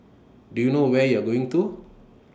do you know where you're going to